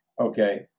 okay